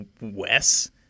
Wes